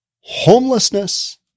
homelessness